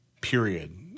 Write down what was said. period